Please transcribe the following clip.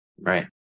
Right